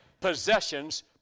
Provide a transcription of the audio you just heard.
possessions